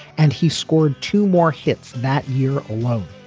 and he scored two more hits. that year alone.